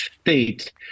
state